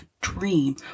dream